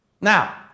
Now